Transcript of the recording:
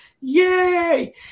Yay